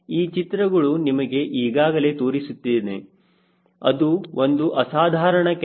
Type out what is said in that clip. ಈ ಚಿತ್ರಗಳು ನಿಮಗೆ ಈಗಾಗಲೇ ತೋರಿಸಿದ್ದೇನೆ ಅದು ಒಂದು ಅಸಾಧಾರಣ ಕೆಲಸ